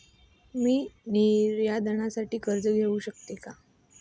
मी निर्यातदारासाठी कर्ज घेऊ शकतो का?